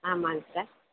ஆமாங்க சார்